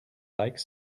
like